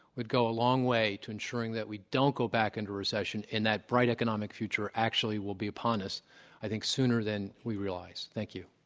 would go a long way to ensuring that we don't go back into recession and that bright economic future actually will be upon us i think sooner than we realize. thank you.